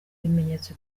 bimenyetso